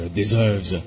deserves